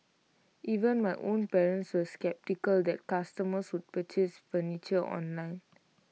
even my own parents were sceptical that customers would purchase furniture online